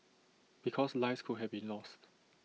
because lives could have been lost